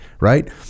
right